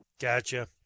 Gotcha